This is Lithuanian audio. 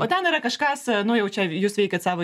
o ten yra kažkas nu jau čia jūs veikiat savo